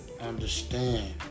understand